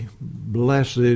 blessed